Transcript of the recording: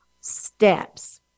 steps